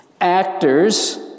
actors